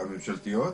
הממשלתיות?